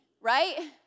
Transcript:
right